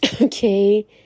Okay